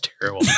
terrible